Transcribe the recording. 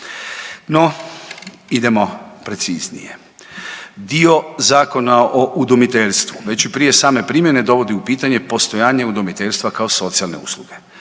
No, idemo preciznije. Dio Zakona o udomiteljstvu već i prije same primjene dovodi u pitanje postojanje udomiteljstva kao socijalne usluge.